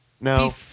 no